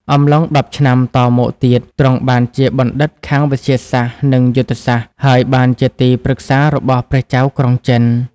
អំឡុងដប់ឆ្នាំ តមកទៀត ទ្រង់បានជាបណ្ឌិតខាងវិទ្យាសាស្ត្រ និងយុទ្ធសាស្ត្រ ហើយបានជាទីប្រឹក្សារបស់ព្រះចៅក្រុងចិន ។